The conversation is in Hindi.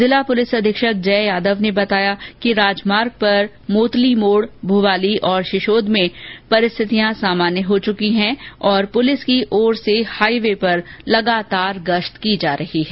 जिला पुलिस अधीक्षक जय यादव ने बताया कि राजमार्ग पर मोतली मोड भुवाली ओर शिशोंद में स्थितियां सामान्य हो चुकी है और पुलिस की ओर से हाइवे पर लगातार गश्त की जा रही है